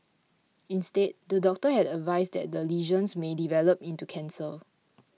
instead the doctor had advised that the lesions may develop into cancer